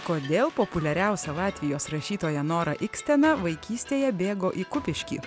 kodėl populiariausia latvijos rašytoja nora ikstena vaikystėje bėgo į kupiškį